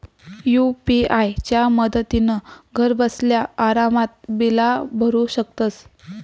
UPI च्या मदतीन घरबसल्या आरामात बिला भरू शकतंस